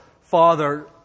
father